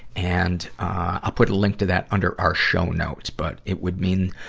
and, ah, i'll put a link to that under our show notes. but it would mean,